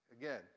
again